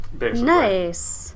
Nice